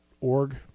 org